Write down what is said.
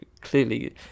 clearly